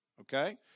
Okay